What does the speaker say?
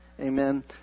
amen